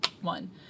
one